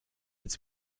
its